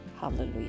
hallelujah